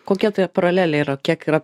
kokia tai paralelė yra kiek yra